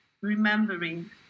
remembering